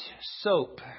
soap